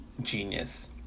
genius